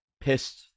pissed